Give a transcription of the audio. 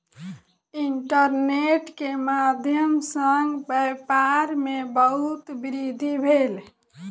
internet के माध्यम सॅ व्यापार में बहुत वृद्धि भेल